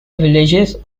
villages